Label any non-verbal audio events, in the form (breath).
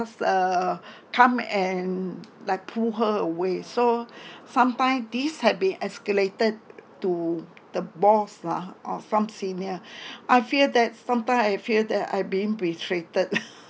uh come and like pull her away so some time this had been escalated to the boss ah or some senior (breath) I feel that sometime I feel that I being betrayed (laughs)